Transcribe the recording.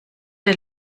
der